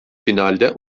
finalde